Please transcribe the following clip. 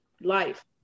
life